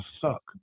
suck